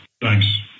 Thanks